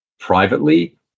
privately